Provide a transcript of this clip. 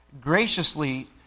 graciously